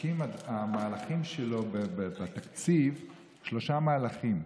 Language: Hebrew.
המהלכים שלו בתקציב מחזקים, שלושה מהלכים: